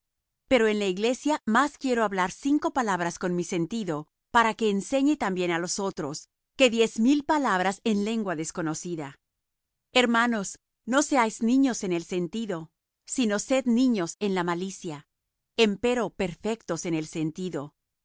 pero en la iglesia más quiero hablar cinco palabras con mi sentido para que enseñe también á los otros que diez mil palabras en lengua desconocida hermanos no seáis niños en el sentido sino sed niños en la malicia empero perfectos en el sentido